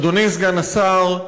אדוני סגן השר,